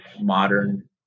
modern